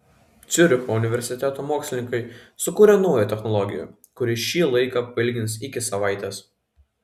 ciuricho universiteto mokslininkai sukūrė naują technologiją kuri šį laiką pailgins iki savaitės